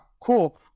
cool